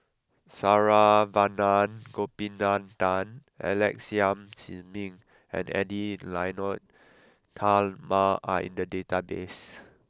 Saravanan Gopinathan Alex Yam Ziming and Edwy Lyonet Talma are in the database